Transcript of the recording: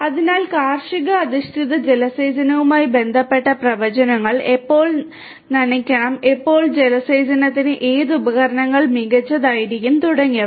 അതിനാൽ കാർഷിക അധിഷ്ഠിത ജലസേചനവുമായി ബന്ധപ്പെട്ട പ്രവചനങ്ങൾ എപ്പോൾ നനയ്ക്കണം ഏത് ജലസേചനത്തിന് ഏത് ഉപകരണങ്ങൾ മികച്ചതായിരിക്കും തുടങ്ങിയവ